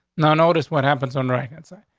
no notice what happens on right and so